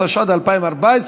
התשע"ד 2014,